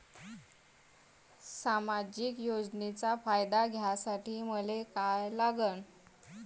सामाजिक योजनेचा फायदा घ्यासाठी मले काय लागन?